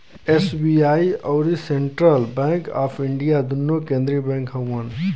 SBI अउर central bank of India दुन्नो केन्द्रिय बैंक हउअन